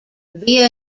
via